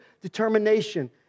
determination